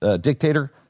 dictator